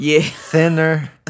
thinner